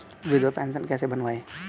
विधवा पेंशन कैसे बनवायें?